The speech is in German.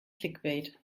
clickbait